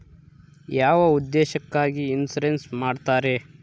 ಯಾವ ಉದ್ದೇಶಕ್ಕಾಗಿ ಇನ್ಸುರೆನ್ಸ್ ಮಾಡ್ತಾರೆ?